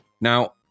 Now